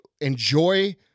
enjoy